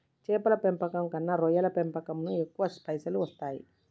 చేపల పెంపకం కన్నా రొయ్యల పెంపులను ఎక్కువ పైసలు వస్తాయి